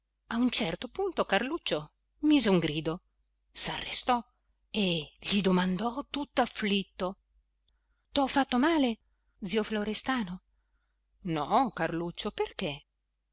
a un certo punto carluccio mise un grido s'arrestò e gli domandò tutt'afflitto t'ho fatto male zio florestano no carluccio perché